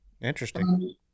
Interesting